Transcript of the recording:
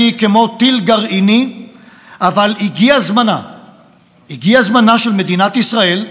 הוסיף כי על אדנים אלו של צדקה ומשפט נוסדה המלכות הראויה בישראל,